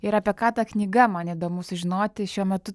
ir apie ką ta knyga man įdomu sužinoti šiuo metu